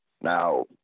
Now